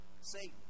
Satan